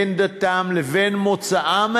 בין דתם או בין מוצאם,